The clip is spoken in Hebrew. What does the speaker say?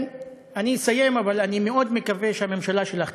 אני אסיים, אבל אני מאוד מקווה שהממשלה שלך תסיים.